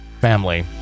Family